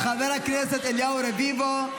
-- של חבר הכנסת אליהו רביבו,